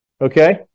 Okay